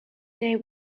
day